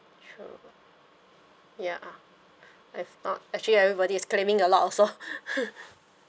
true ya I've not actually everybody is claiming a lot also